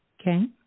Okay